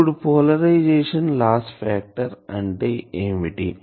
ఇప్పుడు polarisation loss factor అంటే ఏమిటీ